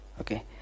okay